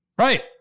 Right